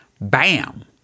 Bam